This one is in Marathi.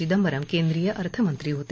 चिदंबरम केंद्रीय अर्थमंत्री होते